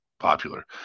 popular